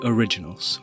Originals